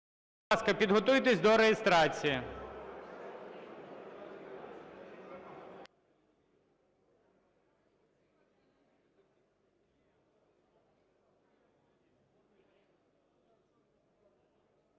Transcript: підготуйтесь до реєстрації.